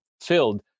filled